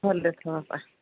ଭଲରେ ଥା ବାପା